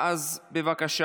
אינו נוכח,